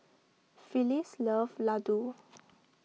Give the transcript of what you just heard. Phyllis loves Laddu